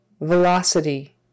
Velocity